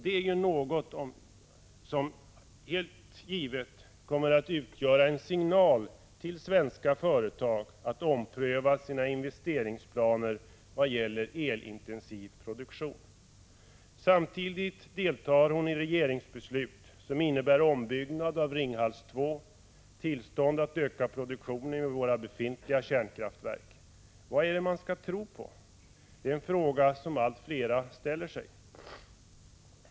Det är ju något som helt givet kommer att utgöra en signal till svenska företag att ompröva sina investeringsplaner vad gäller elintensiv produktion. Samtidigt deltar hon i regeringsbeslut som innebär ombyggnad av Ringhals 2 och tillstånd att öka produktionen vid våra befintliga kärnkraftverk. Vad skall man tro på? Det är en fråga som allt fler ställer sig.